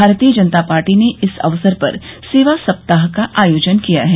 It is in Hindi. भारतीय जनता पार्टी ने इस अवसर पर सेवा सप्ताह का आयोजन किया है